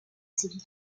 civil